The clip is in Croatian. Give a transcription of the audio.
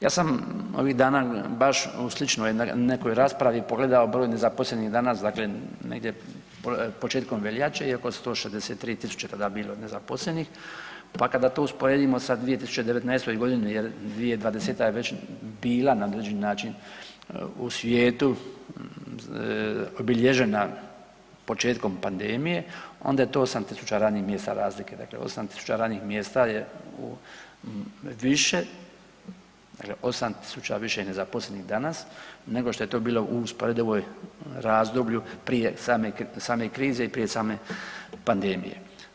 Ja sam ovih dana baš u sličnoj nekoj raspravi pogledao broj nezaposlenih danas, dakle negdje početkom veljače je oko0 163 000 je tada bilo nezaposlenih, pa kada to usporedimo sa 2019. g. jer 2020. je već bila na određeni način u svijetu obilježena početkom pandemije, onda je to 8000 radnih mjesta razlike, dakle 8000 radnih mjesta je više, dakle 8000 nezaposlenih danas nego što je bilo u usporedivom razdoblju prije same krize i prije same pandemije.